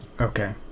Okay